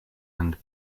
and